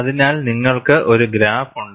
അതിനാൽ നിങ്ങൾക്ക് ഒരു ഗ്രാഫ് ഉണ്ട്